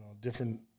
different